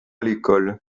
l’école